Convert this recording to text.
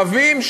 רבים?